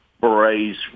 berets